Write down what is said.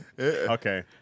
Okay